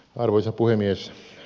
arvoisa puhemies